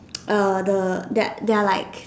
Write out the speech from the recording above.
uh the their their are like